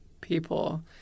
people